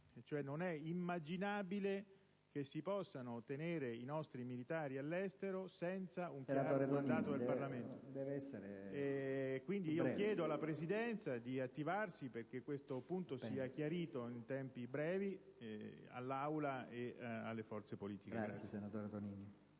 non è immaginabile che si possano tenere i nostri militari all'estero senza un chiaro mandato del Parlamento. Chiedo quindi alla Presidenza di attivarsi perché questo punto sia chiarito in tempi brevi all'Aula e alle forze politiche. *(Applausi